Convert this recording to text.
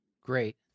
great